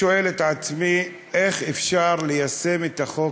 אני שואל את עצמי: איך אפשר ליישם את החוק